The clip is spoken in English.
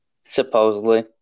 supposedly